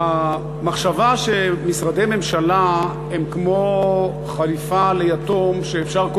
המחשבה שמשרדי ממשלה הם כמו חליפה ליתום שאפשר כל